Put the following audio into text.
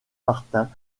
martin